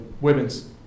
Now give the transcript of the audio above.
women's